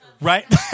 Right